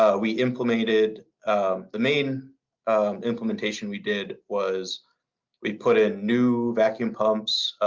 ah we implemented the main implementation we did was we put in new vacuum pumps,